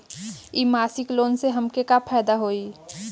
इ मासिक लोन से हमके का फायदा होई?